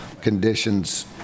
conditions